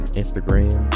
instagram